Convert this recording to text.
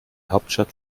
hauptstadt